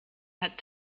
hat